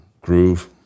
groove